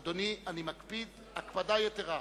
אדוני, אני מקפיד הקפדה יתירה